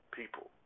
people